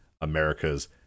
America's